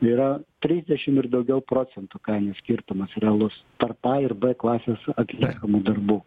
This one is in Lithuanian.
yra trisdešim ir daugiau procentų kainų skirtumas realus tarp a ir b klasės atliekamų darbų